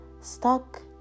stuck